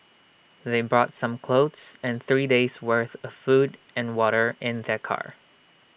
they brought some clothes and three days' worth of food and water in their car